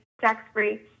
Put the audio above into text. tax-free